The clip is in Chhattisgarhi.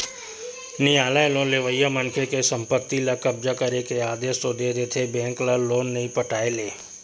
नियालय लोन लेवइया मनखे के संपत्ति ल कब्जा करे के आदेस तो दे देथे बेंक ल लोन नइ पटाय ले